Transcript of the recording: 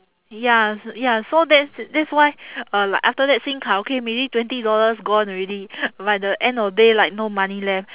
ya s~ ya so that's that's why uh like after that sing karaoke maybe twenty dollars gone already by the end of day like no money left